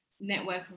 network